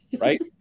right